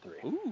three